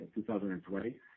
2020